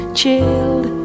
chilled